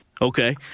Okay